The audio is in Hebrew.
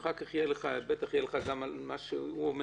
בטח יהיה לך מה לומר על מה שהוא אומר,